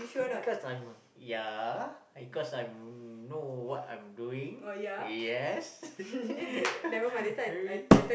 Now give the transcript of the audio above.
because I'm ya because I'm know what I'm doing yes maybe